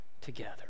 together